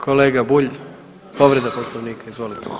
Kolega Bulj, povreda Poslovnika, izvolite.